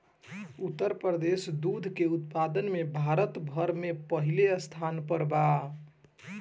उत्तर प्रदेश दूध के उत्पादन में भारत भर में पहिले स्थान पर बा